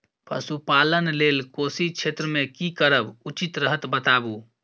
पशुपालन लेल कोशी क्षेत्र मे की करब उचित रहत बताबू?